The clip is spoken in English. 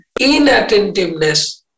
inattentiveness